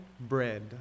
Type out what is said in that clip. bread